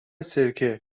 سرکه